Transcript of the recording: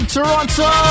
Toronto